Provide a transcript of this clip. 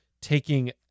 taking